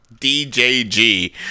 DJG